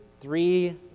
three